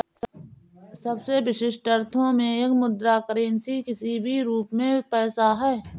सबसे विशिष्ट अर्थों में एक मुद्रा करेंसी किसी भी रूप में पैसा है